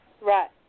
Right